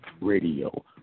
Radio